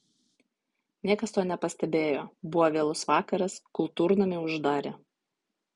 niekas to nepastebėjo buvo vėlus vakaras kultūrnamį uždarė